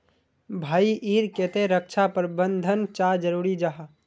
भाई ईर केते रक्षा प्रबंधन चाँ जरूरी जाहा?